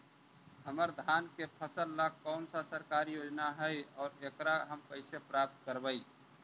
हमर धान के फ़सल ला कौन सा सरकारी योजना हई और एकरा हम कैसे प्राप्त करबई?